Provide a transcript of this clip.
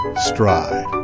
stride